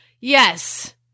Yes